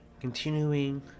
continuing